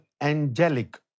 angelic